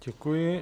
Děkuji.